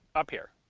up here.